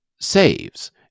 saves